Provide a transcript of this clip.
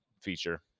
feature